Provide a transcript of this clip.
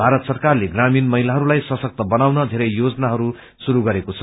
भारत सरकारले ग्रामीण महिलाहरूलाई सशक्त बनाउन धेरै योजनाहरू शुरू गरेको छ